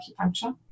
acupuncture